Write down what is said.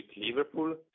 Liverpool